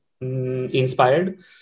Inspired